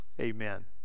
Amen